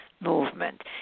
movement